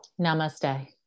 Namaste